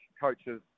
coaches